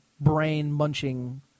brain-munching